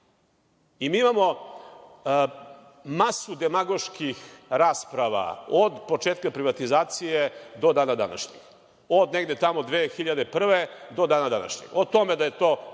Mi imamo masu demagoških rasprava od početka privatizacije do dana današnjeg, od negde tamo 2001. godine do dana današnjeg, o tome da je to